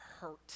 hurt